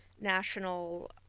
national